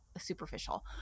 superficial